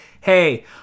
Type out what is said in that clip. hey